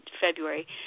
February